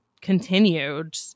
continued